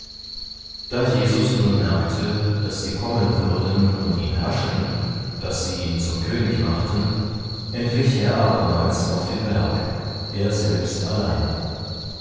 da jesus nun merkte daß sie kommen würden und ihn haschen daß sie ihn zum könig machten entwich er abermals auf den berg er selbst allein